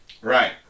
Right